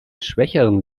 schwächeren